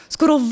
Skoro